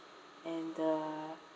and the